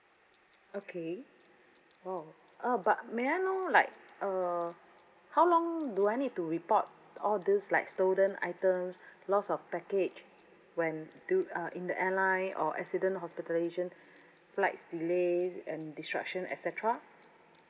okay !wow! uh but may I know like uh how long do I need to report all this like stolen items loss of package when do uh in the airline or accident hospitalisation flights delays and disruption et cetera